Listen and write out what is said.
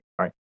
right